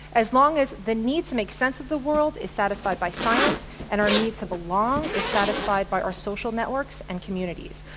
as long as the need make sense of the world is satisfied by science and our need to belong is satisfied by our social networks and communities.